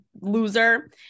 loser